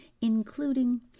including